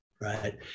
right